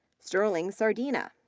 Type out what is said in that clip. sterling sardina.